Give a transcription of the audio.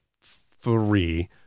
three